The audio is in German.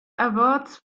awards